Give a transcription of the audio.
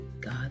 God